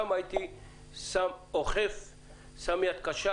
שם הייתי משתמש ביד קשה,